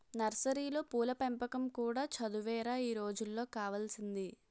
నర్సరీలో పూల పెంపకం కూడా చదువేరా ఈ రోజుల్లో కావాల్సింది